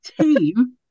team